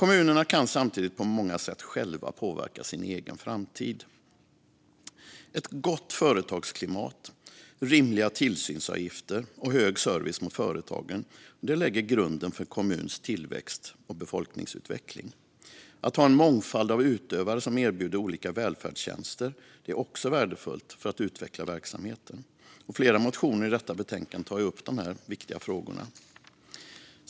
Kommunerna kan samtidigt på många sätt själva påverka sin egen framtid. Ett gott företagsklimat, rimliga tillsynsavgifter och hög service gentemot företagen lägger grunden för en kommuns tillväxt och befolkningsutveckling. Att ha en mångfald av utövare som erbjuder olika välfärdstjänster är också värdefullt för att utveckla verksamheten. Dessa viktiga frågor tas upp i flera motioner som behandlas i detta betänkande.